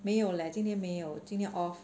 没有 leh 今天没有今天 off